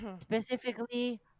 specifically